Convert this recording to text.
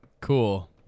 Cool